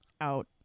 out